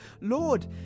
Lord